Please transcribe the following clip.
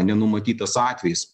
nenumatytas atvejis